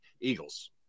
Eagles